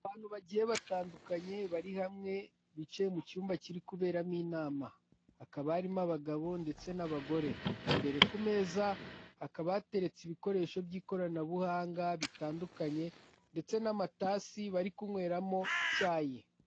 Abantu bagiye batandukanye bari hamwe bicaye mu cyumba kiri kuberamo inama, hakaba harimo abagabo ndetse n'abagore. Imbere ku meza hakaba hateretse ibikoresho by'ikoranabuhanga bitandukanye ndetse n'amatasi bari kunyweramo icyayi.